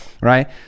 right